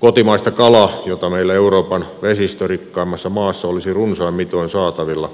kotimaista kalaa jota meillä euroopan vesistörikkaimmassa maassa olisi runsain mitoin saatavilla